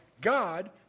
God